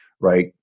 right